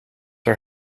are